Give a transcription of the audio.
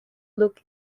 look